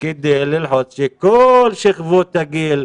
כדי ללחוץ שכל שכבות הגיל,